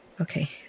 Okay